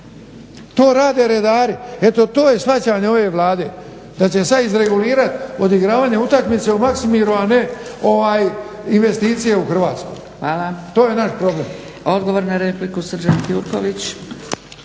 To rade redari. Eto to je shvaćanje ove Vlade da će sada regulirati odigravanje utakmice u Maksimiru a ne investicije u Hrvatskoj. To je naš problem.